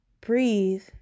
breathe